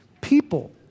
people